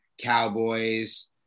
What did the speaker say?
cowboys